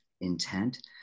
intent